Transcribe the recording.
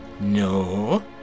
No